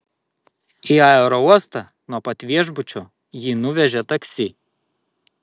į aerouostą nuo pat viešbučio jį nuvežė taksi